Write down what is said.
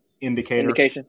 indicator